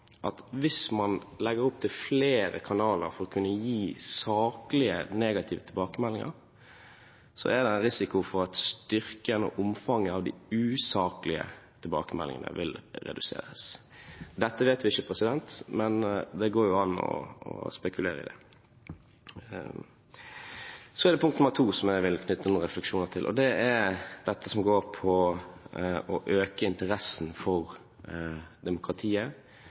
at hvis man legger opp til flere kanaler for å kunne gi saklige, negative tilbakemeldinger, kan det medføre at styrken og omfanget av de usaklige tilbakemeldingene vil reduseres. Dette vet vi ikke, men det går jo an å spekulere på det. Så er det punkt nummer to som jeg vil knytte noen refleksjoner til, og det er dette som går på å øke interessen for demokratiet